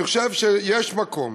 אני חושב שיש מקום